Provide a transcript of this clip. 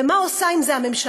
ומה עושה עם זה הממשלה?